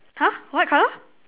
!huh! what colour